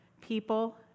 people